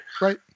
Right